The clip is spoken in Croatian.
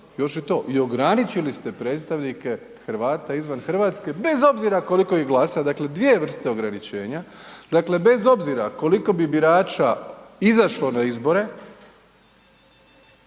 još i to i ograničili ste predstavnike Hrvata izvan Hrvatske bez obzira koliko ih glasa, dakle dvije vrste ograničenja, dakle bez obzira koliko bi birača izašlo na izbore